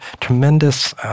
tremendous